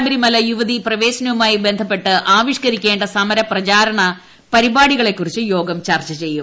ശബരിമല യുവതി പ്രവേശനവുമായി ബന്ധപ്പെട്ട് ആവിഷ്കരിക്കേണ്ട സമര പ്രചാരണ പരിപാടികളെ കുറിച്ച് യോഗം ചർച്ച ചെയ്യും